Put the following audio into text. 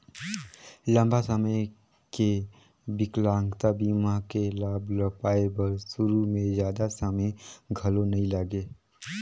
लंबा समे के बिकलांगता बीमा के लाभ ल पाए बर सुरू में जादा समें घलो नइ लागे